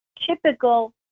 typical